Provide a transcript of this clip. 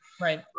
Right